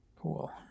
Cool